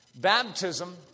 Baptism